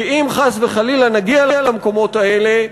כי אם חס וחלילה נגיע למקומות האלה,